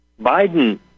Biden